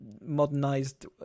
modernized